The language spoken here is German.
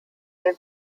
der